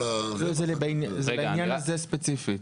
זה בעניין הזה ספציפית.